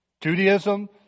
Judaism